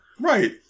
right